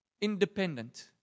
independent